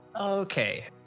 Okay